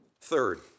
Third